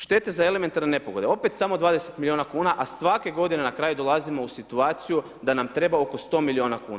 Štete za elementarne nepogode, opet samo 20 milijun kn, a svake g. na kraju dolazimo u situaciju da nam treba oko 100 milijuna kn.